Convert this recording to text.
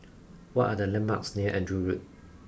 what are the landmarks near Andrew Road